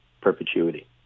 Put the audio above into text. perpetuity